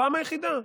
הפעם היחידה,